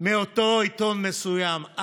מאותו עיתון מסוים.